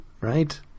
right